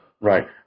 Right